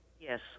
Yes